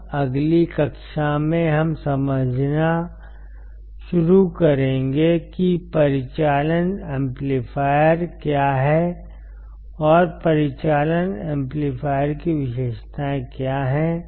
अब अगली कक्षा में हम समझना शुरू करेंगे कि परिचालन एम्पलीफायर क्या हैं और परिचालन एम्पलीफायर की विशेषताएं क्या हैं